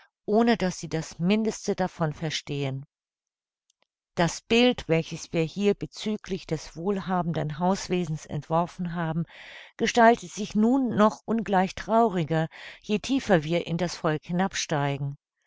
ohne daß sie das mindeste davon verstehen das bild welches wir hier bezüglich des wohlhabenden hauswesens entworfen haben gestaltet sich nun noch ungleich trauriger je tiefer wir in das volk